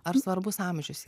ar svarbus amžius